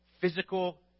physical